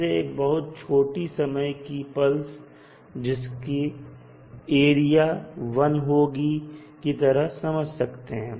इसे एक बहुत छोटी समय की पल्स जिसका एरिया 1 होगा की तरह समझ सकते हैं